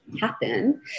happen